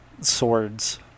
swords